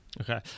Okay